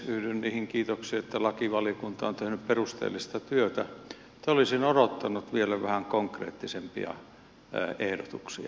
yhdyn niihin kiitoksiin että lakivaliokunta on tehnyt perusteellista työtä mutta olisin odottanut vielä vähän konkreettisempia ehdotuksia